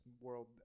world